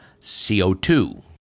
CO2